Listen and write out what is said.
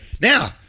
now